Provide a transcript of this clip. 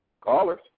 callers